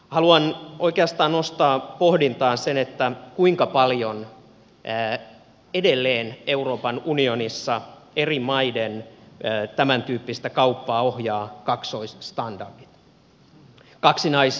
haluan oikeastaan nostaa pohdintaan sen kuinka paljon edelleen euroopan unionissa eri maiden tämäntyyppistä kauppaa ohjaa kaksoisstandardi kaksinaismoralismi